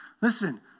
Listen